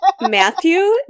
Matthew